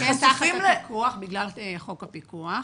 הם תחת הפיקוח בגלל חוק הפיקוח,